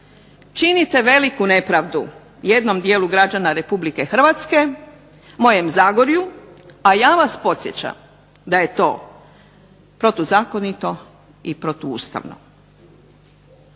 činite veliku nepravdu jednom dijelu građana Republike Hrvatske, mojem Zagorju a ja vas podsjećam da je to protuzakonito i protuustavno.